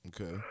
okay